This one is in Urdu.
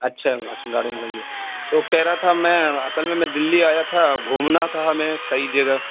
اچھا تو کہہ رہا تھا میں اصل میں میں دہلی آیا تھا گھومنا تھا ہمیں کئی جگہ